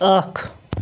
اکھ